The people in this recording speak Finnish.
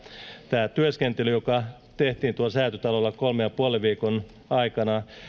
tämä työskentely joka tehtiin säätytalolla kolmen ja puolen viikon aikana